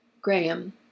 Graham